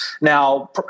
Now